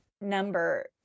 number